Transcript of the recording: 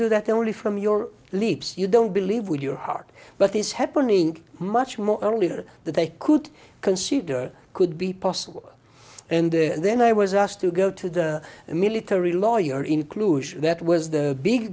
do that only from your lips you don't believe with your heart but this happening much more earlier that they could consider could be possible and then i was asked to go to the military lawyer inclusion that was the big